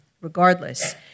regardless